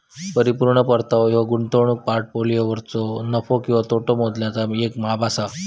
परिपूर्ण परतावो ह्यो गुंतवणूक पोर्टफोलिओवरलो नफो किंवा तोटो मोजण्याचा येक माप असा